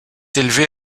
élevé